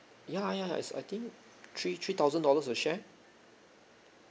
ya ya it's I think three three thousand dollars a share